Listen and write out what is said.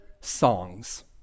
songs